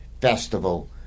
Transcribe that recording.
festival